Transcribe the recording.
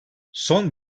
son